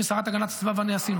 ששרת הגנת הסביבה ואני עשינו